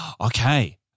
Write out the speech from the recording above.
Okay